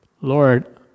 Lord